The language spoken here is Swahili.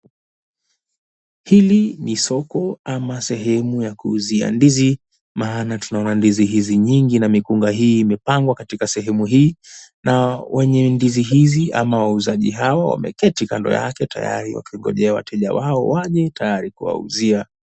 Hili ni soko ama sehemu ya kuuzia ndizi. Maana, tunaona ndizi hizi nyingi na mikunga hii impangwa katika sehemu hii, na wenye ndizi hizi ama wauzaji hawa wameketi kando yake tayari wakigojea wateja wao waje tayari kuwauzia.